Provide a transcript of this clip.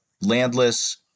landless